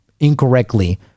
incorrectly